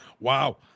Wow